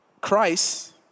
Christ